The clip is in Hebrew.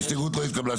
ההסתייגות לא התקבלה.